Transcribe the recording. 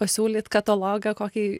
pasiūlyt katalogą kokį